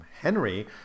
Henry